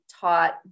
taught